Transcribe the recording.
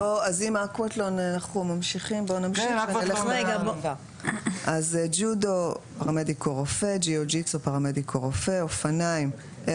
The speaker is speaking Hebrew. אז בואו נמשיך: ג'ודו --+ ג'יו ג'יטסו --+ אופניים +